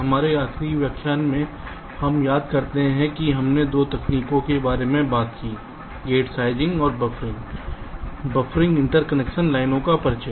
हमारे आखिरी व्याख्यान में अगर हम याद करते हैं कि हमने 2 तकनीकों के बारे में बात की है गेट साइजिंग और बफरिंग बफ़रिंग इंटरकनेक्शन लाइनों का परिचय